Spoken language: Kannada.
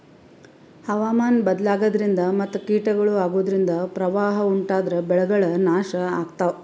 ಹವಾಮಾನ್ ಬದ್ಲಾಗದ್ರಿನ್ದ ಮತ್ ಕೀಟಗಳು ಅಗೋದ್ರಿಂದ ಪ್ರವಾಹ್ ಉಂಟಾದ್ರ ಬೆಳೆಗಳ್ ನಾಶ್ ಆಗ್ತಾವ